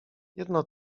jedno